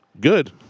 Good